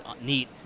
neat